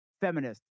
feminist